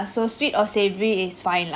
so sweet or savory is fine lah